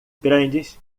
grandes